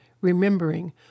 remembering